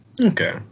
Okay